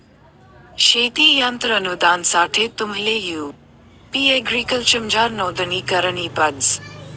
शेती यंत्र अनुदानसाठे तुम्हले यु.पी एग्रीकल्चरमझार नोंदणी करणी पडस